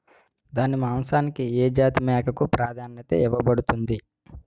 దాని మాంసానికి ఏ జాతి మేకకు ప్రాధాన్యత ఇవ్వబడుతుంది?